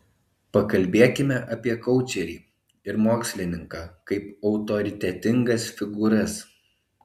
pakalbėkime apie koučerį ir mokslininką kaip autoritetingas figūras